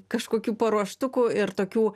kažkokių paruoštukų ir tokių